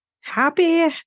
happy